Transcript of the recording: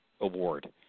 award